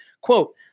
Quote